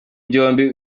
byombi